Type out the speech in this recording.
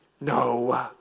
No